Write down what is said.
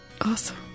Awesome